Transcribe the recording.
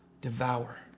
devour